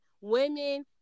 women